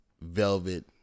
velvet